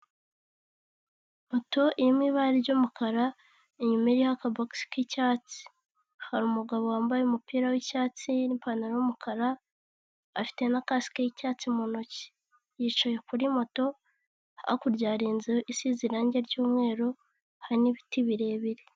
Moto imwe ibara ry'umukara inyuma y'akabogisi k'icyatsi hari umugabo wambaye umupira w'icyatsi n'ipantaro y'umukara afite na kasike y'icyatsi mu ntoki, yicaye kuri moto hakurya hari inzu isize irangi ry'umweru hari n'ibiti birebire.